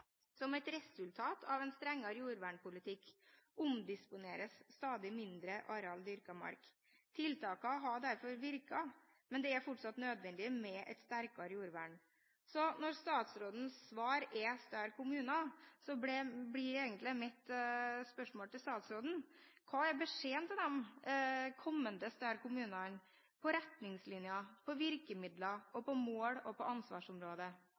Som et resultat av en strengere jordvernpolitikk omdisponeres stadig mindre areal dyrket mark. Tiltakene har derfor virket, men det er fortsatt nødvendig med et sterkere jordvern. Så når statsrådens svar er større kommuner, blir mitt spørsmål til statsråden egentlig: Hva er beskjeden til de kommende større kommunene når det gjelder retningslinjer, virkemidler, mål og